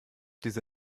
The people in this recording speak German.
diese